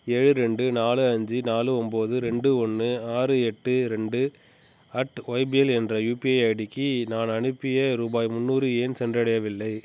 ஏழு ரெண்டு நாலு அஞ்சு நாலு ஒம்போது ரெண்டு ஒன்று ஆறு எட்டு ரெண்டு அட் ஒய்பிஎல் என்ற யுபிஐ ஐடிக்கு நான் அனுப்பிய ரூபாய் முந்நூறு ஏன் சென்றடையவில்லை